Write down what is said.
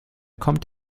kommt